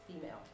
female